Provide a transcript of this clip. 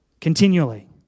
Continually